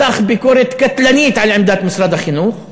מתח ביקורת קטלנית על עמדת משרד החינוך,